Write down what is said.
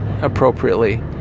appropriately